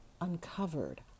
uncovered